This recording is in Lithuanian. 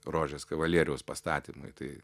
rožės kavalieriaus pastatymui tai